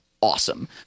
awesome